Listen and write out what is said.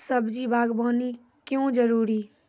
सब्जी बागवानी क्यो जरूरी?